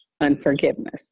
unforgiveness